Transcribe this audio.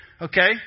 Okay